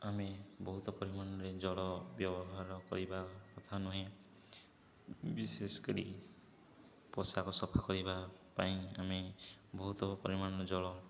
ଆମେ ବହୁତ ପରିମାଣରେ ଜଳ ବ୍ୟବହାର କରିବା କଥା ନୁହେଁ ବିଶେଷ କରି ପୋଷାକ ସଫା କରିବା ପାଇଁ ଆମେ ବହୁତ ପରିମାଣରେ ଜଳ